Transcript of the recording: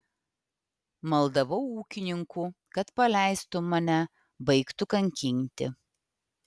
maldavau ūkininkų kad paleistų mane baigtų kankinti